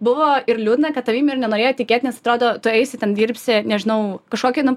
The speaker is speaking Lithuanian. buvo ir liūdna kad tavim ir nenorėjo tikėt nes atrodo tu eisi ten dirbsi nežinau kažkokį nu